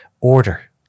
order